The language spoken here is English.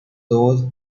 those